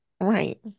Right